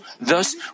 thus